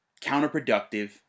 counterproductive